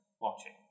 Watching